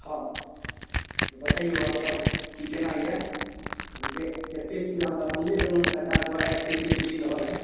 हँ तऽ बतइऔ आओरसब कि कोना अइ अहाँके एतेक चीज हम बताइए देलहुँ सरकार द्वारा एतेक चीज मिल रहल अइ